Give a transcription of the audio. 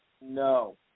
No